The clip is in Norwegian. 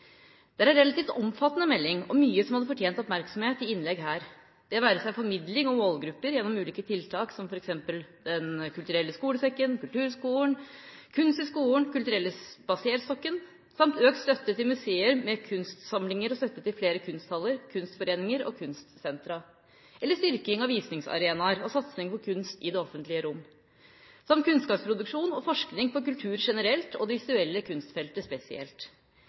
Det er ei relativt omfattende melding og mye som hadde fortjent oppmerksomhet i innlegg her – det være seg formidling og målgrupper gjennom ulike tiltak som f.eks. Den kulturelle skolesekken, kulturskolen, Kunst i Skolen og Den kulturelle spaserstokken, økt støtte til museer med kunstsamlinger og støtte til flere kunsthaller, kunstforeninger og kunstsenter, eller styrking av visningsarenaer og satsning på kunst i det offentlige rom samt kunnskapsproduksjon og forskning på kultur generelt og det visuelle kunstfeltet spesielt.